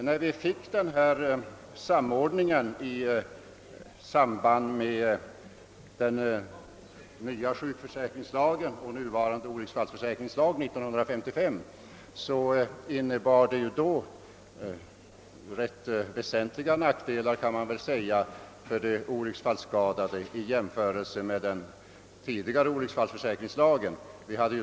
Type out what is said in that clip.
Den samordning som kom till stånd i och med den nya sjukförsäkringslagen och nuvarande olycksfallsförsäkringslag år 1955 innebar vissa nackdelar för de olycksfallsskadade jämfört med den tidigare olycksfallsförsäkringslagen.